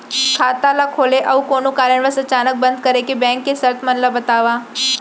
खाता ला खोले अऊ कोनो कारनवश अचानक बंद करे के, बैंक के शर्त मन ला बतावव